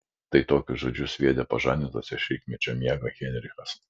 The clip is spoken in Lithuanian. tai tokius žodžius sviedė pažadintas iš rytmečio miego heinrichas